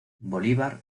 bolívar